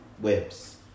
webs